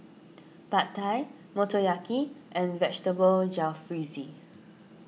Pad Thai Motoyaki and Vegetable Jalfrezi